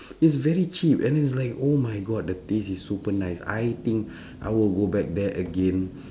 it's very cheap and it's like oh my god the taste is super nice I think I will go back there again